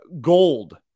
gold